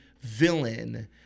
villain